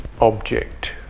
object